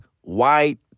white